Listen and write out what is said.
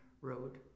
road